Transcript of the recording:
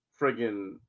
friggin